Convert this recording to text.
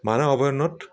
মানাহ অভয়াৰণ্যত